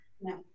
No